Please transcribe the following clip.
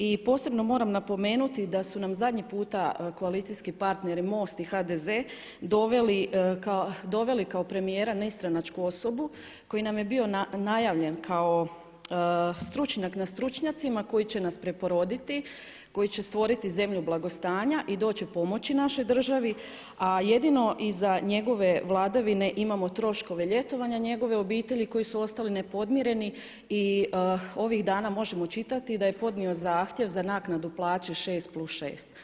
I posebno moram napomenuti da su nam zadnji puta koalicijskih partneri MOST i HDZ doveli kao premijera nestranačku osoba koji nam je bio najavljen kao stručnjak nad stručnjacima koji će nas preporoditi, koji će stvoriti zemlju blagostanja i doći pomoći našoj državi a jedino i za njegove vladavine imamo troškove ljetovanja njegove obitelji koji su ostali nepodmireni i ovih dana možemo čitati da je podnio zahtjev za naknadu plaće 6+6. Hvala.